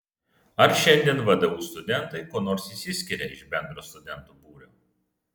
ar šiandien vdu studentai kuo nors išsiskiria iš bendro studentų būrio